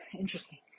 Interesting